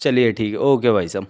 चलिए ठीक है ओके भाई साहब